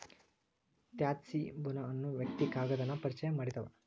ತ್ಸಾಯಿ ಬುನಾ ಅನ್ನು ವ್ಯಕ್ತಿ ಕಾಗದಾನ ಪರಿಚಯಾ ಮಾಡಿದಾವ